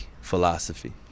philosophy